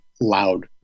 loud